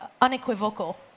unequivocal